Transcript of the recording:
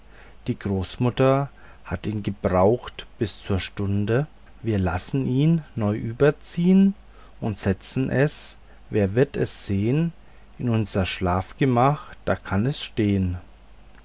die großmutter hat ihn gebraucht bis zur stunde wir lassen ihn neu überziehn und setzen es wer wird es sehn in unser schlafgemach da kann es stehn